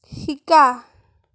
শিকা